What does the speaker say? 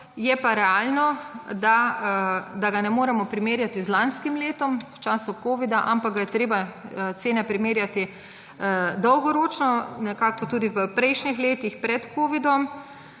je pa realno, da cen ne moremo primerjati z lanskim letom v času covida-19, ampak je treba cene primerjati dolgoročno, nekako tudi v prejšnjih letih pred covidom-19.